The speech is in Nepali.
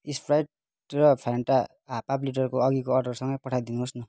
स्प्राइट र फेन्टा हाफ हाफ लिटरको अघिको अर्डरसँगै पठाइदिनुहोस् न